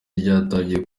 ryatangiye